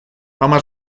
hamar